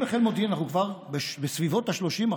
אם בחיל מודיעין אנחנו כבר בסביבות ה-30%,